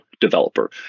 developer